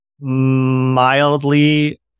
mildly